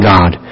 God